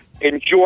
Enjoy